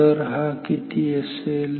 तर हा किती असेल